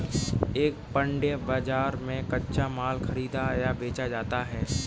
एक पण्य बाजार में कच्चा माल खरीदा या बेचा जाता है